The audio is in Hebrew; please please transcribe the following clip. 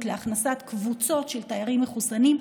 להכנסת קבוצות של תיירים מחוסנים,